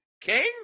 King